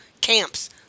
camps